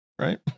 Right